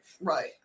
Right